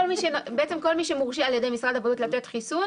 כל מי שמורשה על ידי משרד הבריאות לתת חיסון